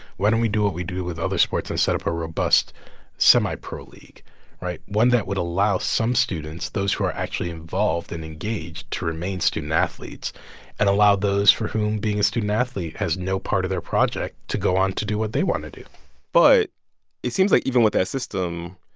why don't we do what we do with other sports and set up a robust semi-pro league right? one that would allow some students, those who are actually involved and engaged, to remain student athletes and allow those for whom being a student athlete has no part of their project to go on to do what they want to do but it seems like even with that system,